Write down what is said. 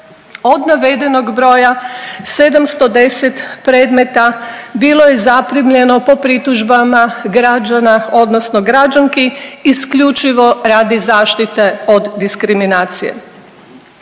od navedenog broja, 710 predmeta bilo je zaprimljeno po pritužbama građana odnosno građanki isključivo radi zaštite od diskriminacije.